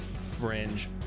Fringe